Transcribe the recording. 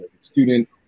student